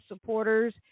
supporters